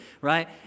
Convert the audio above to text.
right